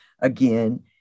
again